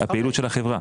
את הפעילות של החברה.